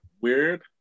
weird